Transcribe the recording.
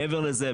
מעבר לזה,